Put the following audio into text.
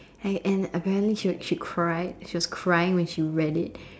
and and apparently she she cried she was crying when she read it